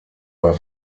war